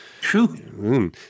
True